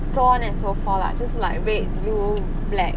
so on and so fall lah 就是 like red blue black